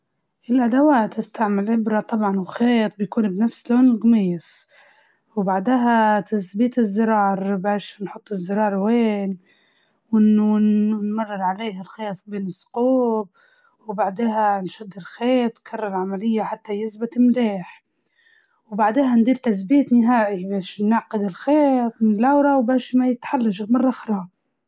أول شي نحط القميص علي سطح مستوي، ونحدد مكان الزر، بعدين ندخل الإبرة في الخيط، ونربط عقدة صغيرة في البداية، وتبدأ تخيط من تحت تطلع فوق عند الهردة الخاصة بالزر، نكرر الخطوات ثلاثة، لأربع مرات، علشان القطمة تكون ثابتة، بعدين تطلع الخيط وتربط العقدة عشان ما ينفتح معك.